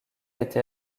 été